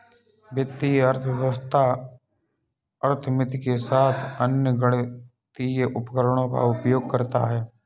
वित्तीय अर्थशास्त्र अर्थमिति के साथ साथ अन्य गणितीय उपकरणों का उपयोग करता है